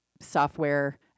software